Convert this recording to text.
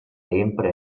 empra